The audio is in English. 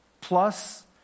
plus